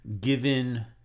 Given